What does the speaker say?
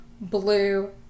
blue